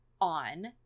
on